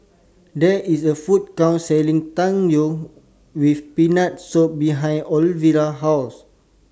There IS A Food Court Selling Tang Yuen with Peanut Soup behind Oliva's House